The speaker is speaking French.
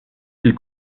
qu’il